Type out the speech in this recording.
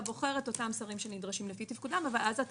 בוחר את אותם שרים שנדרשים לפי תפקודם אבל אז אתה